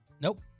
Nope